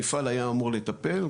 המפעל היה אמור לטפל,